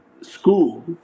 school